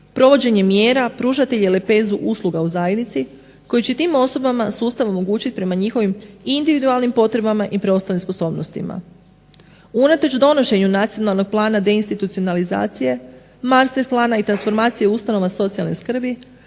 provođenje mjera pružatelji lepezu usluga u zajednici koji će tim osobama sustav omogućiti prema njihovim individualnim potrebama i preostalim sposobnostima. Unatoč donošenju Nacionalnog plana deinstitucionalizacije, master plana i transformacije ustanova socijalne skrbi